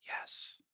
yes